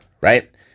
right